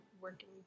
working